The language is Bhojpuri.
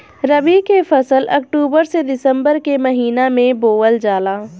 रबी के फसल अक्टूबर से दिसंबर के महिना में बोअल जाला